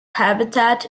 habitat